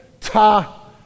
ta